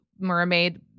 mermaid